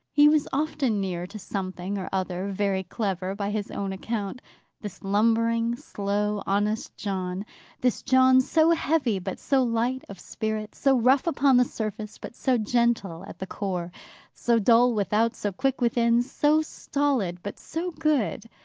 he was often near to something or other very clever, by his own account this lumbering, slow, honest john this john so heavy, but so light of spirit so rough upon the surface, but so gentle at the core so dull without, so quick within so stolid, but so good!